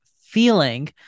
feeling